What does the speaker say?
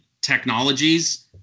technologies